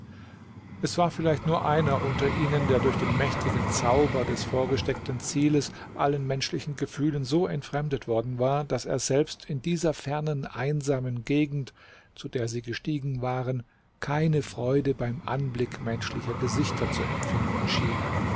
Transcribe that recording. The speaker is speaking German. es war vielleicht nur einer unter ihnen der durch den mächtigen zauber des vorgesteckten zieles allen menschlichen gefühlen so entfremdet worden war daß er selbst in dieser fernen einsamen gegend zu der sie gestiegen waren keine freude beim anblick menschlicher gesichter zu empfinden schien